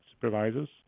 supervisors